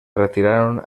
retiraron